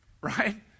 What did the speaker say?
Right